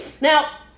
Now